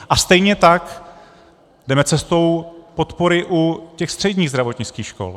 A stejně tak jdeme cestou podpory u středních zdravotnických škol.